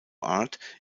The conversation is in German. art